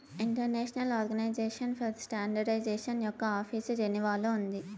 international Organization for Standardization యొక్క office జెనీవాలో ఉంది